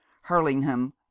Hurlingham